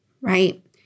Right